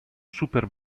super